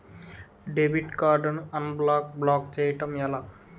Debit card ను unblock block చేయటం ఎలా?